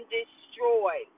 destroy